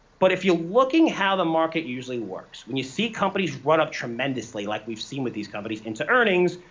but if you're looking how the market usually works, when you see companies run up tremendously, like we've seen with these companies into earnings,